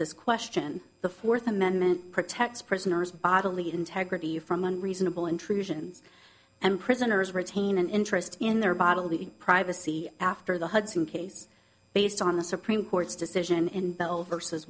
this question the fourth amendment protects prisoners bodily integrity from one reasonable intrusions and prisoners retain an interest in their bodily privacy after the hudson case based on the supreme court's decision in